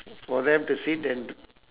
for them to sit and d~